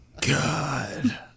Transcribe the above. God